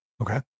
Okay